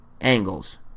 angles